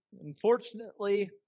unfortunately